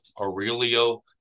Aurelio